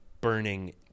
burning